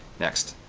next,